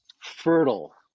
fertile